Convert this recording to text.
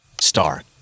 star